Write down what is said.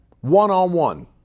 one-on-one